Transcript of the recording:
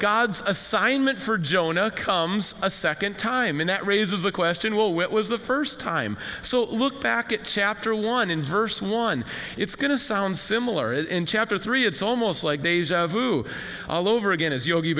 god's assignment for jonah comes a second time and that raises the question well what was the first time so look back at chapter one in verse one it's going to sound similar in chapter three it's almost like deja vu all over again as yogi